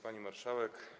Pani Marszałek!